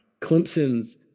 Clemson's